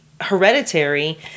hereditary